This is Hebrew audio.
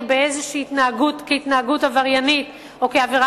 באיזו התנהגות כהתנהגות עבריינית או כעבירה